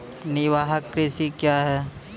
निवाहक कृषि क्या हैं?